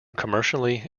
commercially